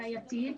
בעייתית,